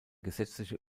gesetzliche